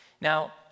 Now